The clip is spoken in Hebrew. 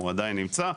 הוא עדיין נמצא.